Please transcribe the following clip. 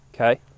okay